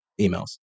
emails